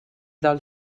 del